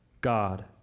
God